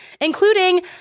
including